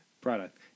product